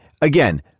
again